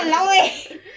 !walao! eh